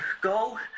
go